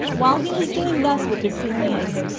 while he was doing thus with the syrians,